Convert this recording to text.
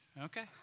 Okay